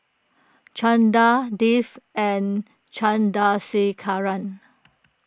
Chanda Dev and Chandrasekaran